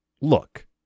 look